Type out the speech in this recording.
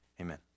Amen